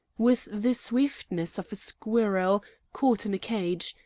with the swiftness of a squirrel caught in a cage,